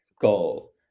goal